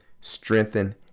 strengthen